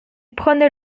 prenait